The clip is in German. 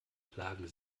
plagen